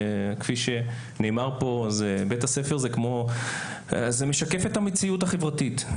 כפי שנאמר פה, בית-הספר משקף את המציאות החברתית.